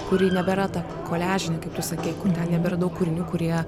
kuri nebėra ta koliažinė kaip tu sakei ten nebėra daug kūrinių kurie